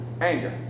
Anger